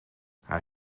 hij